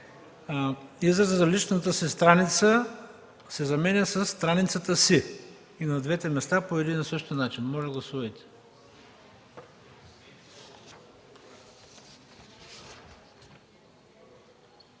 изразът „личната си страница” се заменя със „страницата си”. И на двете места е по един и същи начин. Моля, гласувайте.